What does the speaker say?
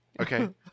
Okay